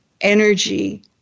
energy